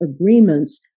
agreements